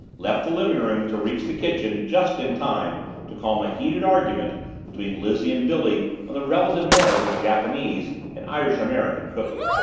left the living-room to reach the kitchen just in time to calm a heated argument between lizzie and billy on the relative merits of japanese and irish-american cooking.